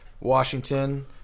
Washington